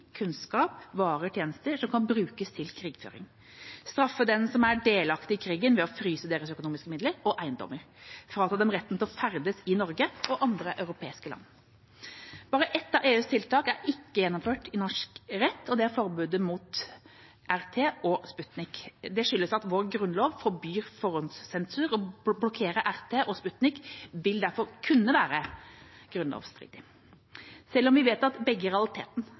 kunnskap, varer og tjenester som kan brukes til krigføring, straffe dem som er delaktige i krigen, ved å fryse deres økonomiske midler og eiendommer, frata dem retten til å ferdes i Norge og andre europeiske land. Bare ett av EUs tiltak er ikke gjennomført i norsk rett, og det er forbudet mot Russia Today, RT, og Sputnik. Det skyldes at vår grunnlov forbyr forhåndssensur. Å blokkere RT og Sputnik vil derfor kunne være grunnlovsstridig, selv om vi vet at de begge i realiteten